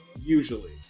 Usually